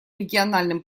региональным